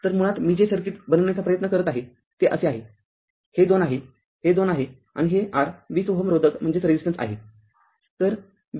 तरमुळात मी जे सर्किट बनविण्याचा प्रयत्न करत आहे ते असे आहेहे २ आहे हे २ आहे आणि हे r २० Ω रोधक आहे